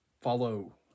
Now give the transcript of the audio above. follow